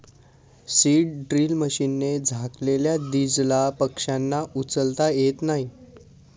seed drill मशीनने झाकलेल्या दीजला पक्ष्यांना उचलता येत नाही